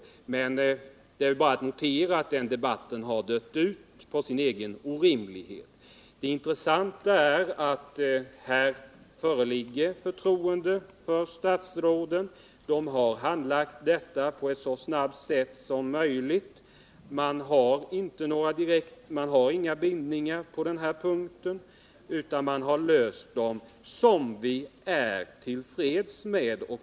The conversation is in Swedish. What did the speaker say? Men det är bara att notera att den debatten tydligen har dött ut på grund av sin egen orimlighet. Det intressanta är att här föreligger förtroende för statsråden. De har handlagt denna fråga på ett så snabbt sätt som möjligt. Man har inga bindningar på den här punkten — man har löst dem på ett sätt som vi är till freds med.